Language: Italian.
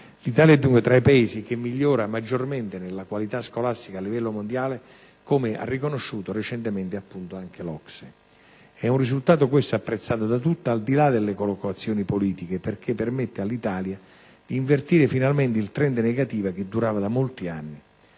L'Italia è dunque tra i Paesi che migliora maggiormente nella qualità scolastica a livello mondiale, come riconosciuto recentemente dall'OCSE. È un risultato questo apprezzato da tutti, al di là delle collocazioni politiche, perché permette all'Italia di invertire finalmente il *trend* negativo che durava da molti anni.